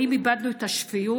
האם איבדנו את השפיות?